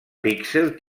píxel